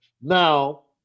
Now